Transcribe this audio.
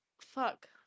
Fuck